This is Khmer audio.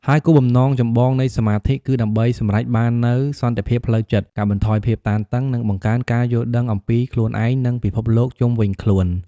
ហើយគោលបំណងចម្បងនៃសមាធិ គឺដើម្បីសម្រេចបាននូវសន្តិភាពផ្លូវចិត្ត កាត់បន្ថយភាពតានតឹង និងបង្កើនការយល់ដឹងអំពីខ្លួនឯង និងពិភពលោកជុំវិញខ្លួន។